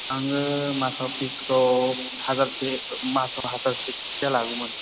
आङो मासाव फिसखौ हासारजे मासआव हाजारसे लागौमोन